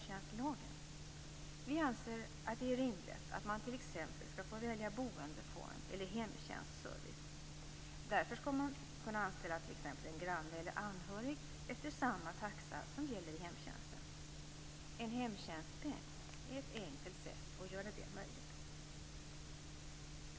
Därför skall man kunna anställa t.ex. en granne eller anhörig efter samma taxa som gäller i hemtjänsten.